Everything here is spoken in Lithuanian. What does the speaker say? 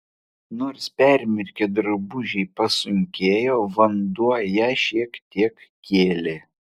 nors permirkę drabužiai pasunkėjo vanduo ją šiek tiek kėlė